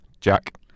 Jack